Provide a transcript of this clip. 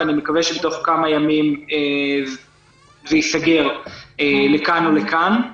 ואני מקווה שתוך כמה ימים זה ייסגר לכאן או לכאן.